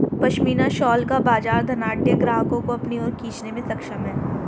pashmina shawl का बाजार धनाढ्य ग्राहकों को अपनी ओर खींचने में सक्षम है